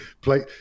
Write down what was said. play